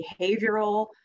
behavioral